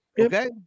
Okay